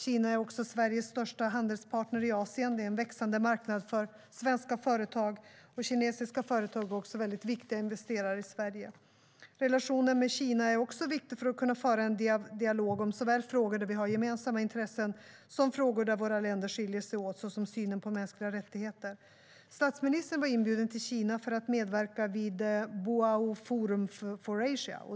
Kina är Sveriges största handelspartner i Asien. Det är en växande marknad för svenska företag. Kinesiska företag är också viktiga investerare i Sverige. Relationen med Kina är också viktig för att kunna föra en dialog om såväl frågor där vi har gemensamma intressen som frågor där våra länder skiljer sig åt, såsom synen på mänskliga rättigheter. Statsministern var inbjuden till Kina för att medverka vid Boao Forum for Asia.